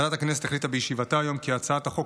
ועדת הכנסת החליטה בישיבתה היום כי הצעת החוק